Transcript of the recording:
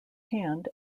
hand